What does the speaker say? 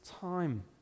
time